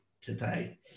today